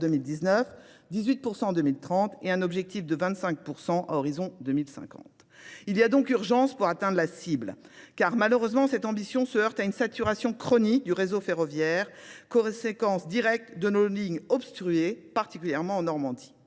2019, 18% en 2030 et un objectif de 25% à horizon 2050. Il y a donc urgence pour atteindre la cible, car malheureusement cette ambition se heurte à une saturation chronique du réseau ferroviaire, conséquence directe de nos lignes obstruées, particulièrement en Normandie.